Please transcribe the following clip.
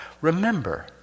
Remember